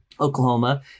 oklahoma